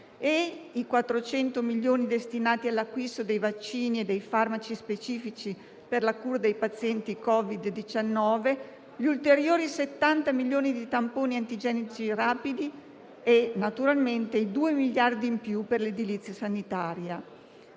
i 400 milioni destinati all'acquisto dei vaccini e dei farmaci specifici per la cura dei pazienti Covid-19; gli ulteriori 70 milioni di tamponi antigenici rapidi e naturalmente i due miliardi in più per l'edilizia sanitaria.